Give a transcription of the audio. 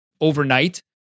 overnight